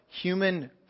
human